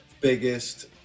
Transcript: biggest